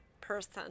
person